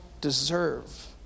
deserve